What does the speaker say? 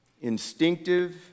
instinctive